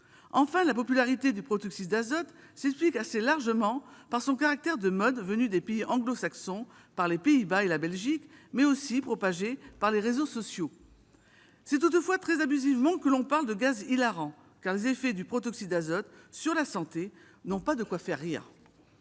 Enfin, la popularité du protoxyde d'azote s'explique assez largement par le fait qu'il s'agit d'une mode, venue des pays anglo-saxons, via les Pays-Bas et la Belgique, mais aussi propagée par les réseaux sociaux. C'est toutefois très abusivement que l'on parle de « gaz hilarant », car les effets du protoxyde d'azote sur la santé n'ont pas de quoi faire rire.